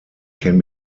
can